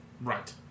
Right